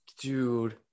dude